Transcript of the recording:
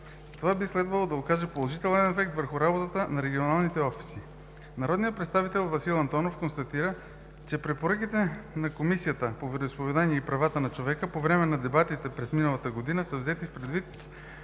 Това би следвало да окаже положителен ефект върху работата в регионалните офиси. Народният представител Васил Антонов констатира, че препоръките на Комисията по вероизповеданията и правата на човека по време на дебатите през миналата година са взети предвид.